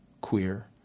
queer